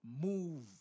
move